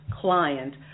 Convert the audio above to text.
client